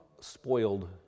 spoiled